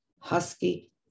husky